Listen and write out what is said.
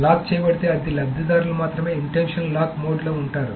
lock చేయబడితే అది లబ్దిదారులు మాత్రమే ఇంటెన్షన్ లాక్ మోడ్లో ఉంటారు